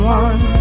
one